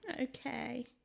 Okay